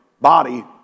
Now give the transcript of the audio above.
body